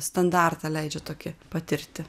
standartą leidžia tokį patirti